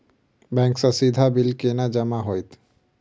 Bank सँ सीधा bill केना जमा होइत?